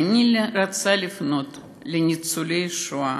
אני רוצה לפנות לניצולי השואה: